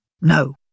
No